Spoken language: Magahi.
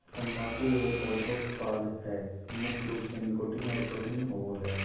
तम्बाकू एगो पौधा उत्पाद हइ मुख्य रूप से निकोटीन और प्रोटीन होबो हइ